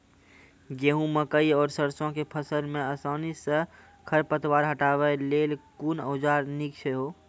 गेहूँ, मकई आर सरसो के फसल मे आसानी सॅ खर पतवार हटावै लेल कून औजार नीक है छै?